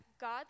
God